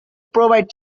provide